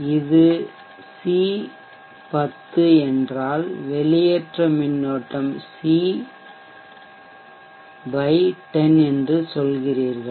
எனவே இது சி 10 என்றால் வெளியேற்ற மின்னோட்டம் சி 10 என்று சொல்கிறீர்கள்